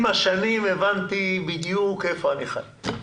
עם השנים הבנתי בדיון איפה אני חי.